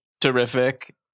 terrific